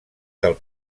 del